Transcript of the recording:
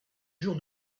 jour